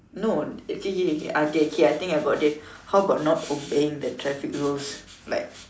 no okay okay okay okay okay I think about it how about not obeying the traffic rules like